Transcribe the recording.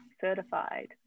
certified